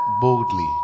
boldly